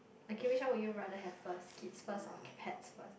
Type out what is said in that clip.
okay which one would you rather have first kids first or pets first